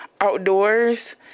outdoors